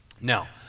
Now